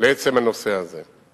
לעצם הנושא הזה.